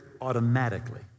automatically